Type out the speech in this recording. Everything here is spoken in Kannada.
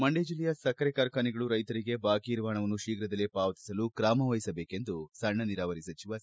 ಮಂಡ್ಕಜಿಲ್ಲೆಯ ಸಕ್ಕರೆ ಕಾರ್ಖಾನೆಗಳು ರೈತರಿಗೆ ಬಾಕಿ ಇರುವ ಹಣವನ್ನು ಶೀಘದಲ್ಲೇ ಪಾವತಿಸಲು ಕ್ರಮವಹಿಸಬೇಕೆಂದು ಸಣ್ಣ ನೀರಾವರಿ ಸಚಿವ ಸಿ